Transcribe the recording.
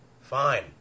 Fine